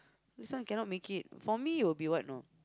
this one cannot make it for me it will be what you know